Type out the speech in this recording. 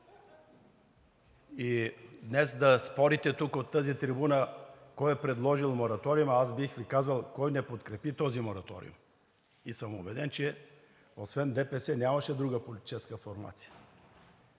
и днес да спорите от тази трибуна кой е предложил мораториума, аз бих Ви казал кой не подкрепи този мораториум и съм убеден, че освен ДПС нямаше друга политическа формация.